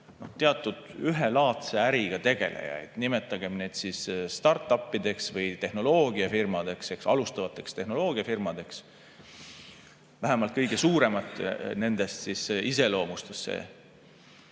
palju ühelaadse äriga tegelejaid. Nimetagem neidstart-up'ideks või tehnoloogiafirmadeks, alustavateks tehnoloogiafirmadeks – vähemalt kõige suuremaid nendest iseloomustas see.